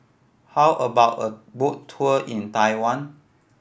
how about a boat tour in Taiwan